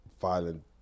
violent